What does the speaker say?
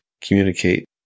communicate